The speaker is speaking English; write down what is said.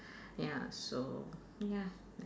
ya so ya